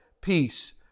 peace